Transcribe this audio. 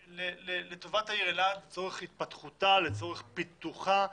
לטובת העיר אלעד לצורך התפתחותה, לצורך פיתוחה,